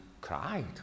cried